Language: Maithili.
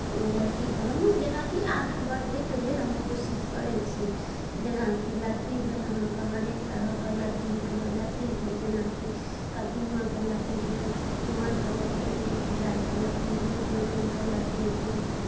ओ लत्तीके हम जेनाकि आगू बढ़बयके लेल हम कोशिश करै छी जेनाकि लत्ती भेल अहाँकेँ हरेक तरहके लत्ती भेल ओ लत्ती भेल जेनाकि कदीमाके लत्ती भेल कुम्हरके लत्ती भेल घेराके लत्ती भेल बैगनके लत्ती भेल